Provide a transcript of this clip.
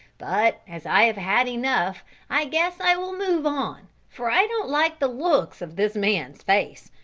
but as i have had enough i guess i will move on for i don't like the looks of this man's face,